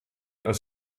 als